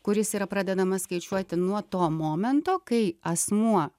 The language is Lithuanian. kuris yra pradedamas skaičiuoti nuo to momento kai asmuo